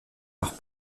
leurs